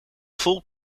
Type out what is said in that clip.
vol